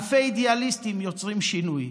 אלפי אידיאליסטים יוצרים שינוי.